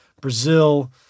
Brazil